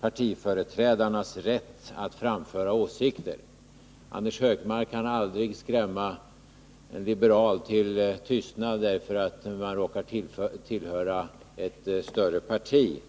partiföreträdarnas rätt att framföra åsikter. Anders Högmark kan aldrig skrämma en liberal till tystnad bara därför att han råkar tillhöra ett större parti.